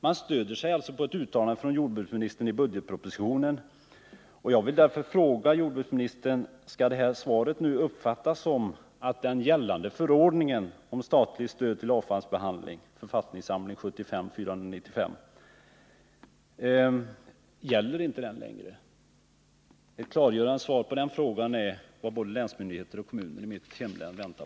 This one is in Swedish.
Verket stöder sig på ett uttalande från jordbruksministern i budgetpropositionen, och jag vill därför fråga jordbruksministern: Skall svaret uppfattas som att förordningen om statligt stöd till avfallsbehandling inte längre gäller? Ett klargörande svar på den frågan är vad både länsmyndigheter och kommuner i mitt hemlän väntar